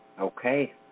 Okay